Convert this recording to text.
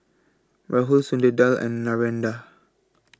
Rahul and Narendra